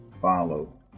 follow